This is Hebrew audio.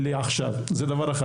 זה דבר אחד.